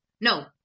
no